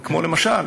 כמו למשל,